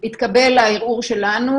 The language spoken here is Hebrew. התקבל הערעור שלנו.